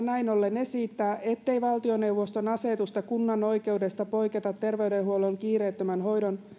näin ollen esittää ettei valtioneuvoston asetusta kunnan oikeudesta poiketa terveydenhuollon kiireettömän hoidon